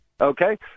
Okay